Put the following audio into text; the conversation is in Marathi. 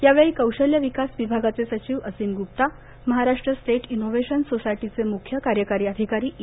यावेळी कौशल्य विकास विभागाचे सचिव असीम गुप्ता महाराष्ट्र स्टेट इनोव्हेशन सोसायटीचे मुख्य कार्यकारी अधिकारी ई